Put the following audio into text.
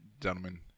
Gentlemen